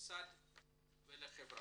לממסד ולחברה.